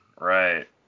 right